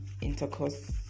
intercourse